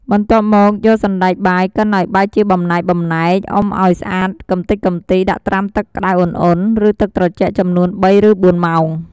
បន្ទាប់មកយកសណ្ដែកបាយកិនឱ្យបែកជាបំណែកៗ អុំឱ្យស្អាតកម្ទេចកំទី ដាក់ត្រាំទឹកក្ដៅឧណ្ហៗ ឬទឹកត្រជាក់ចំនួន ៣ ឬ៤ម៉ោង។